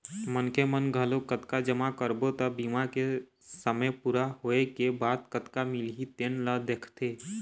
मनखे मन घलोक कतका जमा करबो त बीमा के समे पूरा होए के बाद कतका मिलही तेन ल देखथे